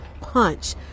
punch